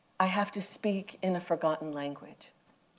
i have to speak in a forgotten language.